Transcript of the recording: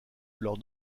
lors